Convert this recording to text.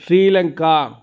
Sri Lanka